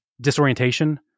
disorientation